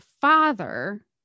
father